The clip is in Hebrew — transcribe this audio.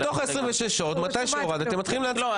בתוך 26 השעות, מתי שהורדתם מתחילים להצביע.